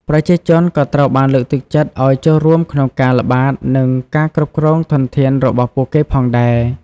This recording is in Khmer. ប្រជាជនក៏ត្រូវបានលើកទឹកចិត្តឲ្យចូលរួមក្នុងការល្បាតនិងការគ្រប់គ្រងធនធានរបស់ពួកគេផងដែរ។